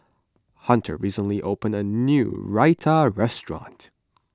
Hunter recently opened a new Raita restaurant